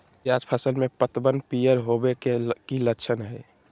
प्याज फसल में पतबन पियर होवे के की लक्षण हय?